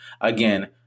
again